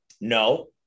no